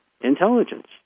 intelligence